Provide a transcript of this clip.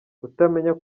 kutamenya